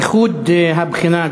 איחוד הבחינה,